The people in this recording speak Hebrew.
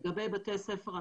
לגבי בתי ספר,